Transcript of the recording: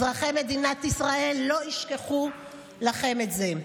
אזרחי מדינת ישראל לא ישכחו לכם את זה.